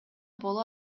боло